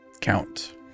Count